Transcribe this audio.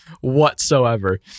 whatsoever